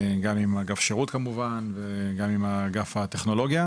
גם עם אגף שירות כמובן וגם עם אגף הטכנולוגיה.